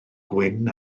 gwyn